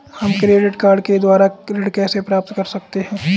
हम credit card के द्वारा ऋण कैसे प्राप्त कर सकते हैं?